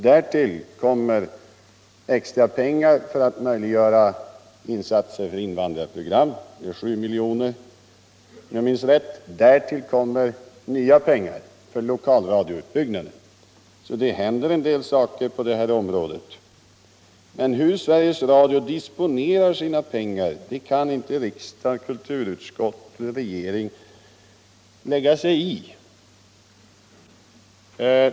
Därtill kommer extra pengar för att möjliggöra insatser för invandrarprogram — en ökning med 7 milj.kr. om jag minns rätt. Dessutom lämnas nya medel för lokalradioutbyggnaden. Så det händer en del saker på detta område. Men hur Sveriges Radio disponerar sina pengar kan inte riksdagen, kulturutskottet och regeringen lägga sig i.